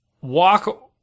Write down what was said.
walk